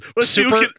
Super